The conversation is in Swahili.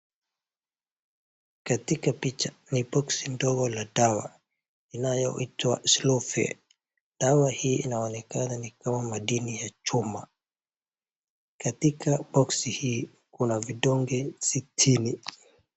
Katika picha ni boksi ndogo ya dawa inayoitwa SlowFe, dawa hii inaonekana ni kama madini ya chuma. Katika boksi hii kuna vidonge sitini.